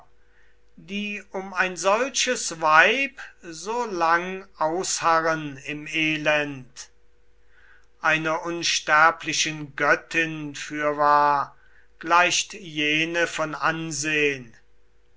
die um ein solches weib so lang ausharren im elend einer unsterblichen göttin fürwahr gleicht jene von ansehn